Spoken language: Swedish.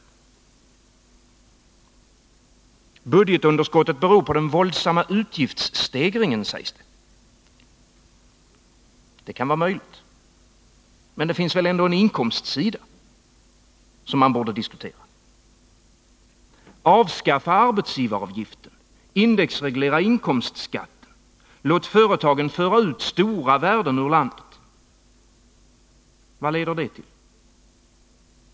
ringarna) Budgetunderskottet beror på den våldsamma utgiftsstegringen. Men det finns väl ändå en inkomstsida som man borde beakta. Om man avskaffar arbetsgivaravgiften, indexreglerar inkomstskatten, låter företagen föra ut stora värden ur landet — vad leder det till?